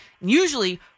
Usually